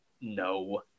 No